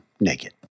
naked